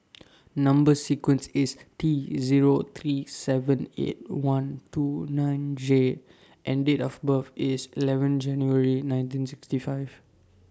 Number sequence IS T Zero three seven eight one two nine J and Date of birth IS eleven January nineteen sixty five